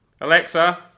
Alexa